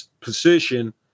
position